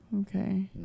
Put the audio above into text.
Okay